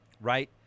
right